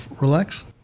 relax